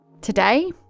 Today